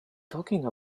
talking